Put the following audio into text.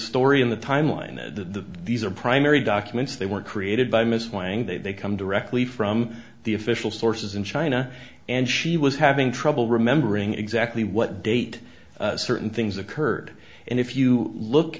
story in the timeline the these are primary documents they were created by ms wang they come directly from the official sources in china and she was having trouble remembering exactly what date certain things occurred and if you look